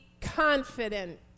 confident